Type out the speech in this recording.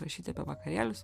rašyti apie vakarėlius